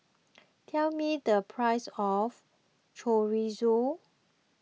tell me the price of Chorizo